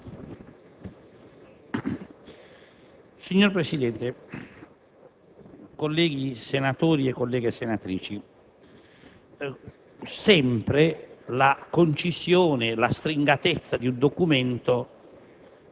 Signor Presidente, colleghi senatori e colleghe senatrici, la concisione e la stringatezza di un documento